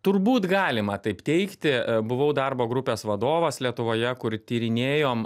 turbūt galima taip teigti buvau darbo grupės vadovas lietuvoje kur tyrinėjom